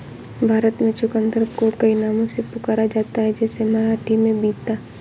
भारत में चुकंदर को कई नामों से पुकारा जाता है जैसे मराठी में बीता